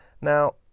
Now